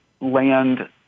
land